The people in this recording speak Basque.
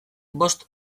bost